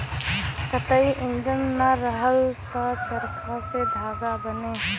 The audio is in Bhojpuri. कताई इंजन ना रहल त चरखा से धागा बने